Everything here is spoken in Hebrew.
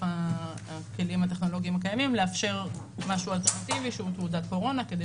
הכלים הטכנולוגיים הקיימים לאפשר משהו אלטרנטיבי שהוא תעודת קורונה כדי